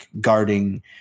guarding